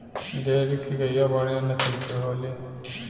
dairy के गईया बढ़िया नसल के होली